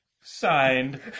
Signed